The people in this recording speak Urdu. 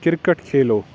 کرکٹ کھیلو